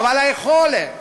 היכולת